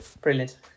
Brilliant